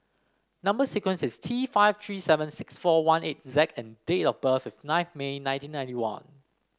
number sequence is T five three seven six four one eight Z and date of birth is nineth May nineteen ninety one